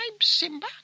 Simba